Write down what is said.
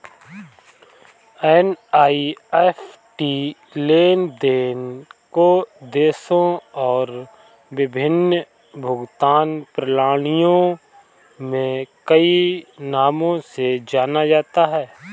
NEFT लेन देन को देशों और विभिन्न भुगतान प्रणालियों में कई नामों से जाना जाता है